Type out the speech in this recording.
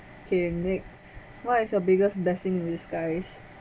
K next what is your biggest blessing in disguise